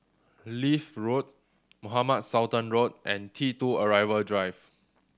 Leith Road Mohamed Sultan Road and T Two Arrival Drive